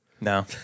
No